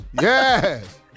Yes